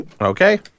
Okay